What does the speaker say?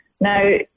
Now